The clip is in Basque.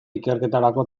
ikerketarako